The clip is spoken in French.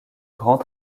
grands